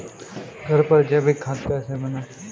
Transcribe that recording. घर पर जैविक खाद कैसे बनाएँ?